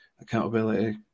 accountability